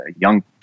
young